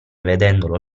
vedendolo